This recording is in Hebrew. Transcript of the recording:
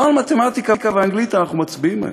לא על מתמטיקה ואנגלית אנחנו מצביעים היום,